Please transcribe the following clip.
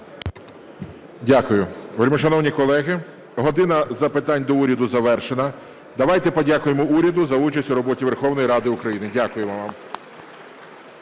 Дякую. Вельмишановні колеги, "година запитань до Уряду" завершена. Давайте подякуємо уряду за участь у роботі Верховної Ради України. Дякуємо вам.